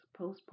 postpartum